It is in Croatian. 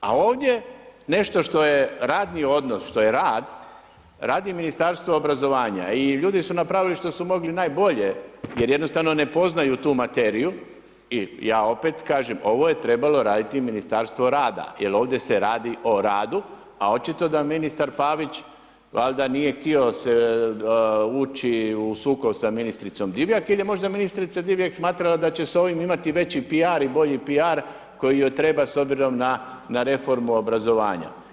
A ovdje nešto što je radni odnos, što je rad, radi Ministarstvo obrazovanja i ljudi su napravili što su mogli najbolje jer jednostavno ne poznaju tu materiju i ja opet kažem, ovo trebalo raditi Ministarstvo rada jer ovdje se radi o radu a očito da ministar Pavić valjda nije htio ući u sukob sa ministricom Divjak ili je možda ministrica Divjak smatrala da će s ovim imati veći PR i bolji PR koji joj treba s obzirom na reformu obrazovanja.